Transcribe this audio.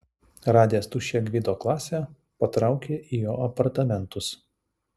radęs tuščią gvido klasę patraukė į jo apartamentus